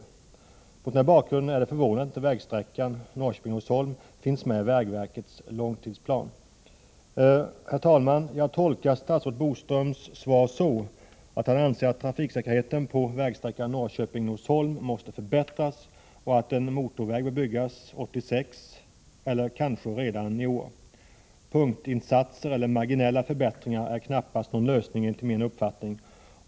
Mot den här bakgrunden är det förvånande att inte vägsträckan Norrköping-Norsholm fanns med i vägverkets långtidsplan. Herr talman! Jag tolkar statsrådet Boström så, att han anser att trafiksäkerheten på vägsträckan Norrköping-Norsholm måste förbättras och att en motorväg bör börja byggas 1986 eller kanske redan i år. Punktinsatser eller marginella förbättringar är knappast någon lösning enligt min mening.